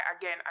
again